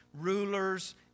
rulers